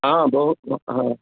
ह बहु ह